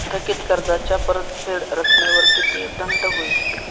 थकीत कर्जाच्या परतफेड रकमेवर किती दंड होईल?